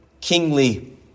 kingly